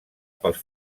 pels